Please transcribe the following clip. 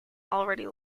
already